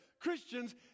Christians